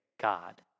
God